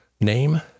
name